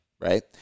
Right